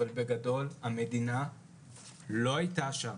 אבל המדינה בגדול לא הייתה שם.